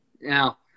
now